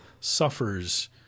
suffers